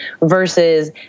versus